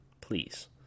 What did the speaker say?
please